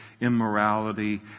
immorality